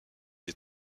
des